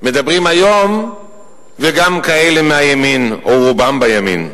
מדברים היום גם כאלה מהימין או רובם בימין.